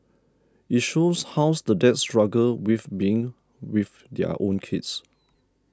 it shows how the dads struggle with being with their own kids